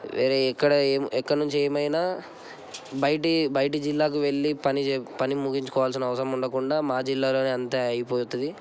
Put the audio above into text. వేరే ఎక్కడ ఏం ఎక్కడి నుంచి ఏమైనా బయటి బయటి జిల్లాకు వెళ్ళి పని పని ముగించుకోవాల్సిన అవసరం ఉండకుండా మా జిల్లాలో అంతా అయిపోతుంది